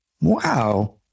wow